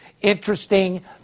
interesting